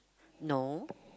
no